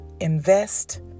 Invest